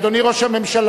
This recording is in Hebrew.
אדוני ראש הממשלה,